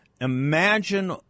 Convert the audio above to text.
Imagine